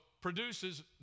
Produces